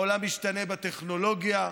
העולם משתנה בטכנולוגיה,